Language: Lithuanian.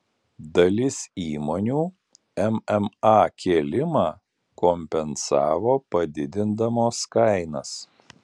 dalis įmonių mma kėlimą kompensavo padidindamos kainas